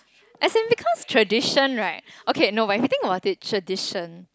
as in because tradition right okay no when we think about it tradition